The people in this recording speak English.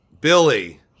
Billy